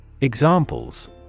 Examples